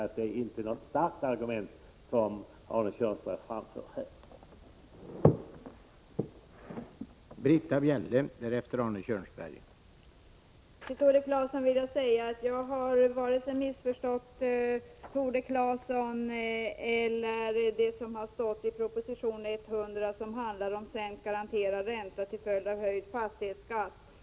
Jag vill därför bara säga att det argumentet, som Arne Kjörnsberg här framförde, inte är något starkt argument.